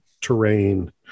terrain